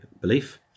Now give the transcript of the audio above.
belief